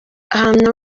ahamya